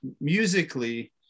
musically